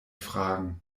fragen